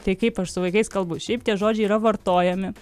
tai kaip aš su vaikais kalbu šiaip tie žodžiai yra vartojami